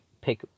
pick